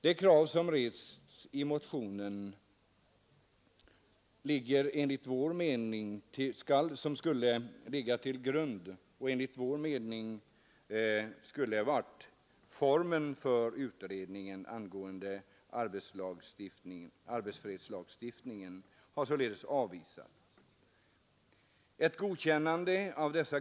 De krav som rests i motionen och som enligt vår mening skulle ha legat till grund för utredningen angående arbetsfredsla således avvisats.